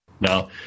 Now